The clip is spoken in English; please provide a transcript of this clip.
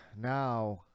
Now